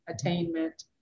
attainment